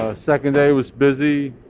ah second day was busy.